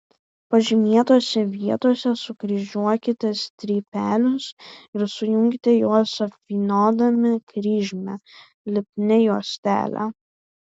pažymėtose vietose sukryžiuokite strypelius ir sujunkite juos apvyniodami kryžmę lipnia juostele